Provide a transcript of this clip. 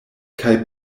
kaj